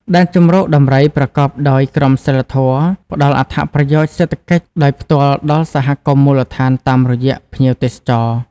ដែនជម្រកដំរីប្រកបដោយក្រមសីលធម៌ ផ្តល់អត្ថប្រយោជន៍សេដ្ឋកិច្ចដោយផ្ទាល់ដល់សហគមន៍មូលដ្ឋានតាមរយៈភ្ញៀវទេសចរ។